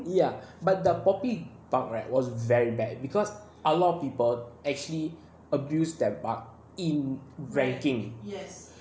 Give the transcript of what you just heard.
ya but the poppy bug right was very bad because a lot of people actually abused their bug in ranking